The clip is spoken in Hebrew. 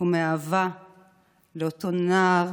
ומהאהבה לאותו נער